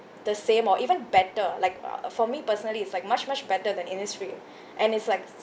the same or even better like uh for me personally is like much much better than Innisfree and it's like